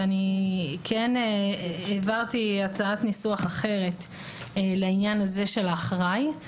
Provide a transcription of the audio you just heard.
ואני כן העברתי הצעת ניסוח אחרת לעניין הזה של האחראי.